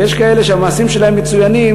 ויש כאלה שהמעשים שלהם מצוינים,